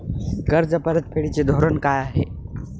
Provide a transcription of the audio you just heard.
कर्ज परतफेडीचे धोरण काय आहे?